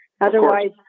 Otherwise